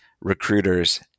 recruiters